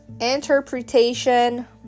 interpretation